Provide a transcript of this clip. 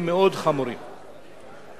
שמדובר בכחצי מיליון ילדים,